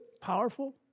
powerful